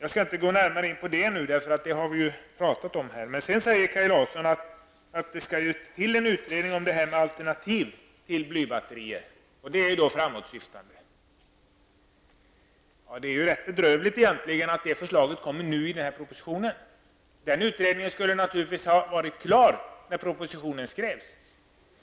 Kaj Larsson säger vidare att det skall göras en utredning som undersöker alternativ till blybatterier, och det låter framåtsyftande. Egentligen är det bedrövligt att det förslaget läggs fram i den här propositionen. Den utredningen borde naturligtvis ha varit klar med sitt arbete när propositionen skrevs.